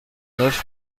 neuf